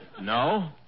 No